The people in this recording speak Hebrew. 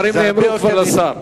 הדברים כבר נאמרו לשר.